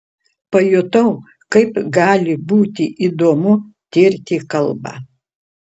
pajutau kaip gali būti įdomu tirti kalbą